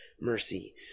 mercy